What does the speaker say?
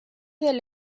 del